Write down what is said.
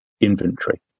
inventory